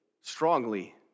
strongly